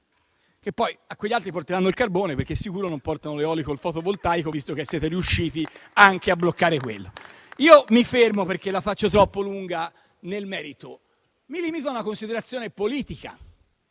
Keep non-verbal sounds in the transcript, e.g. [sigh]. Che poi agli altri porteranno il carbone, perché di sicuro non portano l'eolico e il fotovoltaico, visto che siete riusciti a bloccare anche quelli. [applause] Mi fermo, perché la faccio troppo lunga nel merito. Mi limito a una considerazione politica: